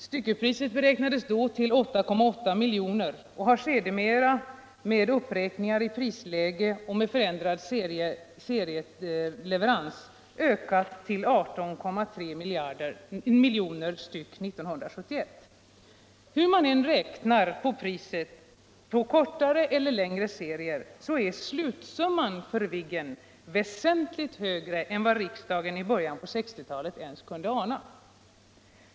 Styckepriset beräknades då till 8,8 milj.kr.. och det har sedermera med uppräknat prisläge och förändrad scrieleverans ökats till 18,3 milj.kr. 1971. Hur man än beräknar priset på kortare eller längre scrier så är slutsumman för Viggen väsentligt högre än vad riksdagen i början av 1960-talet ens kunde ana.